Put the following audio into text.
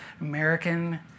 American